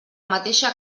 mateixa